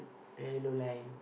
very low line